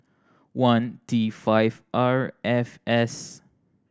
one T five R F S